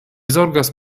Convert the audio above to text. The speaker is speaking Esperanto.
zorgas